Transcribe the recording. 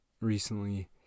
recently